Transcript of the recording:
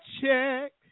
check